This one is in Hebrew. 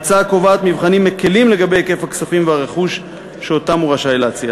ההצעה קובעת מבחנים מקלים לגבי היקף הכספים והרכוש שהוא רשאי להוציא,